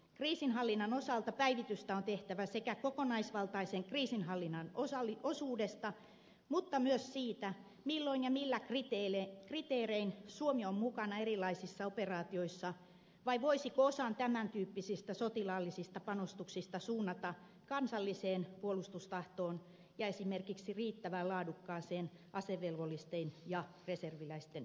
kriisinhallinnan osalta päivitystä on tehtävä kokonaisvaltaisen kriisinhallinnan osuudesta mutta myös siitä milloin ja millä kriteerein suomi on mukana erilaisissa operaatioissa vai voisiko osan tämän tyyppisistä sotilaallisista panostuksista suunnata kansalliseen puolustustahtoon ja esimerkiksi riittävän laadukkaaseen asevelvollisten ja reserviläisten kouluttamiseen